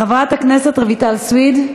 חברת הכנסת רויטל סויד,